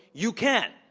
you can.